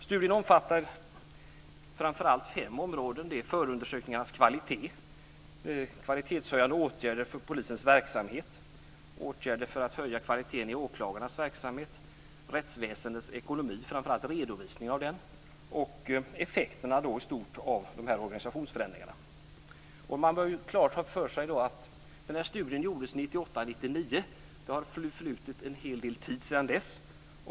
Studien omfattar framför allt fem områden: förundersökningarnas kvalitet, kvalitetshöjande åtgärder för polisens verksamhet, åtgärder för att höja kvaliteten i åklagarnas verksamhet, rättsväsendets ekonomi - framför allt redovisningen av denna - och effekterna i stort av organisationsförändringarna. Man bör ha klart för sig att studien gjordes 1998 1999. Det har förflutit en hel del tid sedan dess.